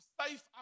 safe